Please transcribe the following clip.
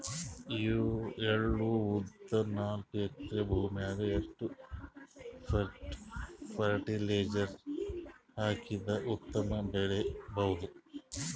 ಎಳ್ಳು, ಉದ್ದ ನಾಲ್ಕಎಕರೆ ಭೂಮಿಗ ಎಷ್ಟ ಫರಟಿಲೈಜರ ಹಾಕಿದರ ಉತ್ತಮ ಬೆಳಿ ಬಹುದು?